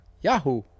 Yahoo